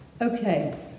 Okay